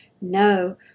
No